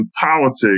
politics